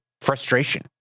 frustration